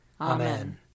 Amen